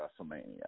Wrestlemania